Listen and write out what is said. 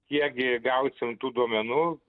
kiekgi gausim tų duomenų